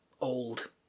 old